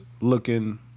looking